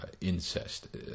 incest